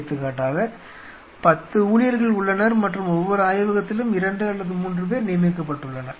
எடுத்துக்காட்டாக 10 ஊழியர்கள் உள்ளனர் மற்றும் ஒவ்வொரு ஆய்வகத்திலும் 2 அல்லது 3 பேர் நியமிக்கப்பட்டுள்ளனர்